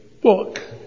book